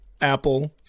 Apple